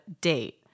date